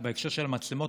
בהקשר של המצלמות,